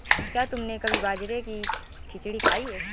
क्या तुमने कभी बाजरे की खिचड़ी खाई है?